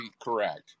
correct